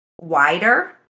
wider